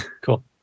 cool